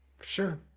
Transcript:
Sure